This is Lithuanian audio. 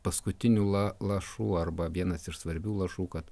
paskutinių la lašų arba vienas iš svarbių lašų kad